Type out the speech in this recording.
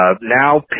now